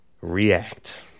react